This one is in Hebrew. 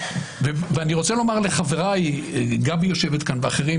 ואני רוצה לומר לחבריי גבי יושבת כאן, ואחרים